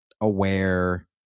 aware